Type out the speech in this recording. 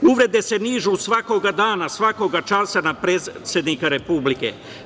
Uvrede se nižu svakoga dana, svakoga časa na predsednika Republike.